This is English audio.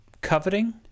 coveting